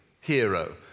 hero